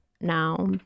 now